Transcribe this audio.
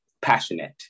passionate